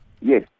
Yes